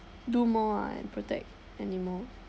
do more and protect animal